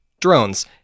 drones